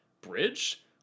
bridge